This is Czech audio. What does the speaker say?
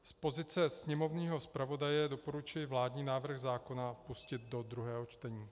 Z pozice sněmovního zpravodaje doporučuji vládní návrh zákona pustit do druhého čtení.